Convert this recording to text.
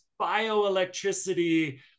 bioelectricity